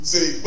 See